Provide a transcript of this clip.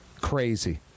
Crazy